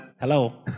Hello